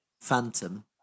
Phantom